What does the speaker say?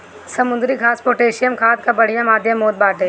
समुद्री घास पोटैशियम खाद कअ बढ़िया माध्यम होत बाटे